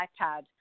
iPad